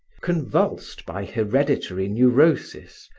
convulsed by hereditary neurosis,